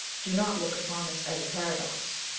do not look upon this as a paradox,